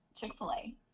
Chick-fil-A